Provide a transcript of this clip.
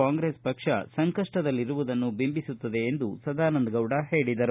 ಕಾಂಗ್ರೆಸ್ ಪಕ್ಷ ಸಂಕಷ್ಟದಲ್ಲಿರುವುದನ್ನು ಬಿಂಬಿಸುತ್ತದೆ ಎಂದು ಸದಾನಂದಗೌಡ ಹೇಳಿದರು